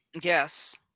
Yes